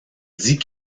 dit